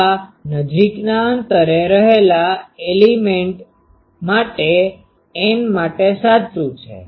આ નજીકના અંતરે રહેલા એલિમેન્ટ બધા n માટે સાચું છે